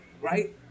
right